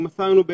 והוא מסר לנו,